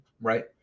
right